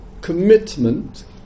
commitment